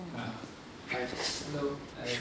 (uh huh) hello hi